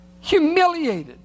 humiliated